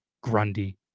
Grundy